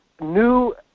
new